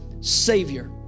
Savior